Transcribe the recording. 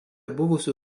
buvusių